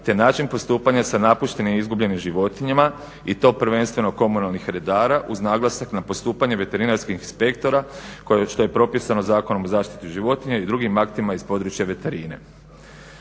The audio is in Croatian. te način postupanja sa napuštenim, izgubljenim životinjama i to prvenstveno komunalnih redara uz naglasak na postupanje veterinarskih inspektora što je propisano Zakonom o zaštiti životinja i drugim aktima iz područja veterine.